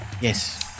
Yes